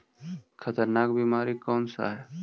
खतरनाक बीमारी कौन सा है?